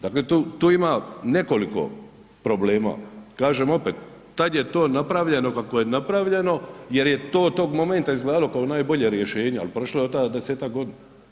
Dakle tu ima nekoliko problema, kažem opet, tad je to napravljeno kako je napravljeno jer je to tog momenta izgledalo kao najbolje rješenje ali prošlo je od tada 10-ak godina.